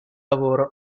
lavoro